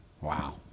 Wow